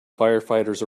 firefighters